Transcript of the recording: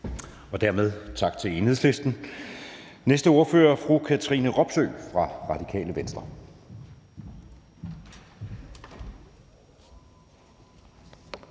Dermed tak til Enhedslisten. Næste ordfører er fru Katrine Robsøe fra Radikale Venstre.